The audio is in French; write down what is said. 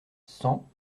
cent